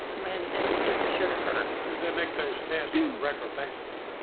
when and if it should occur. does it make those tasks record basis,